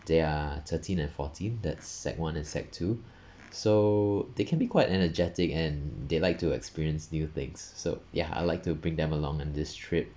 they're thirteen and fourteen that's sec one and sec two so they can be quite energetic and they like to experience new things so ya I'd like to bring them along on this trip